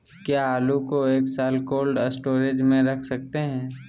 क्या आलू को एक साल कोल्ड स्टोरेज में रख सकते हैं?